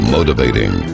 Motivating